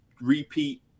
repeat